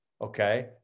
Okay